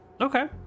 Okay